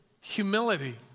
humility